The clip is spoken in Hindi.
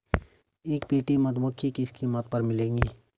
एक पेटी मधुमक्खी किस कीमत पर मिलेगी?